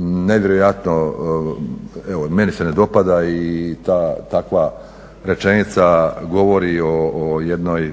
nevjerojatno, evo meni se ne dopada i ta, takva rečenica govori o jednoj,